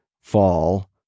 fall